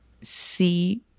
see